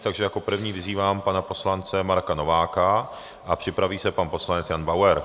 Takže jak prvního vyzývám pana poslance Marka Nováka a připraví se pan poslanec Jan Bauer.